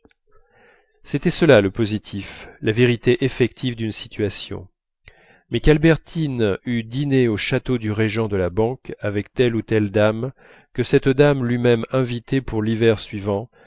c'était cela le positif la vérité effective d'une situation mais qu'albertine eût dîné au château du régent de la banque avec telle ou telle dame que cette dame l'eût même invitée pour l'hiver suivant